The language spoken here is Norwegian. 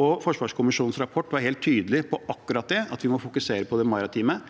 Forsvarskommisjonens rapport var helt tydelig på akkurat det, at vi må fokusere på det maritime.